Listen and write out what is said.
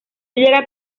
llega